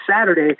Saturday